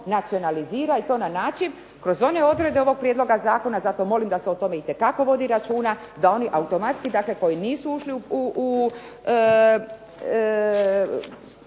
nacionalizira i to na način kroz one odredbe ovog prijedloga zakona. Zato molim da se o tome itekako vodi računa da oni automatski koji nisu ušli u